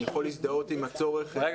אני יכול להזדהות עם הצורך --- מה